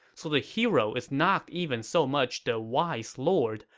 so the hero is not even so much the wise lord,